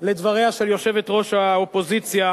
לדבריה של יושבת-ראש האופוזיציה